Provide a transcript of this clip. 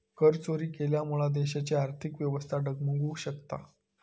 करचोरी केल्यामुळा देशाची आर्थिक व्यवस्था डगमगु शकता